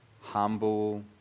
humble